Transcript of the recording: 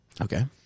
Okay